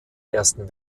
ersten